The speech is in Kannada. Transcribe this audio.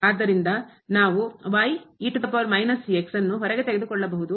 ಆದ್ದರಿಂದ ನಾವು ನ್ನು ಹೊರಗೆ ತೆಗೆದುಕೊಳ್ಳಬಹುದು